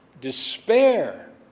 Despair